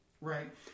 Right